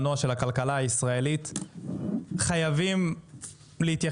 חייבים להתייחס ברצינות לגרף שמדבר על ירידה בסטארט-אפים.